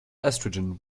estrogen